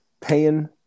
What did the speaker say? paying